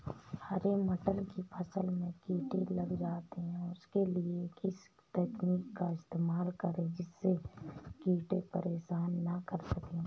हरे मटर की फसल में कीड़े लग जाते हैं उसके लिए किस तकनीक का इस्तेमाल करें जिससे कीड़े परेशान ना कर सके?